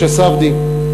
משה ספדיה,